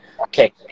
okay